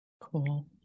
Cool